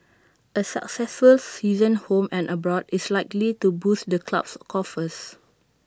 A successful season home and abroad is likely to boost the club's coffers